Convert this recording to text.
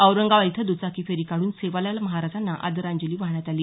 औरंगाबाद इथं द्चाकी फेरी काढून सेवालाल महाराजांना आदरांजली वाहण्यात आली